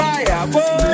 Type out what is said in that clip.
Fireball